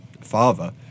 father